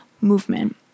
movement